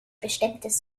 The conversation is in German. bestimmtes